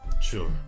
Sure